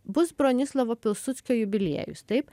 bus bronislavo pilsudskio jubiliejus taip